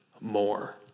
more